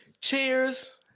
Cheers